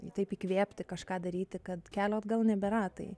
taip įkvėpti kažką daryti kad kelio atgal nebėra tai